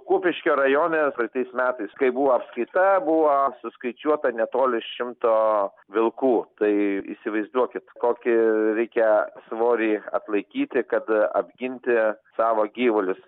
kupiškio rajone praeitais metais kai buvo apskaita buvo suskaičiuota netoli šimto vilkų tai įsivaizduokit kokį reikia svorį atlaikyti kad apginti savo gyvulius